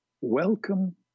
Welcome